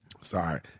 Sorry